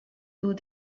d’eaux